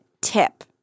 tip